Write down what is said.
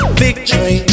victory